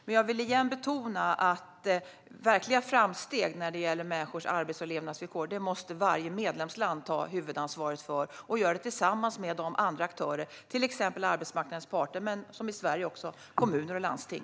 Men jag vill igen betona att varje medlemsland måste ta huvudansvaret för verkliga framsteg när det gäller människors arbets och levnadsvillkor och göra det tillsammans med andra aktörer, till exempel arbetsmarknadens parter och i Sverige även kommuner och landsting.